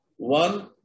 One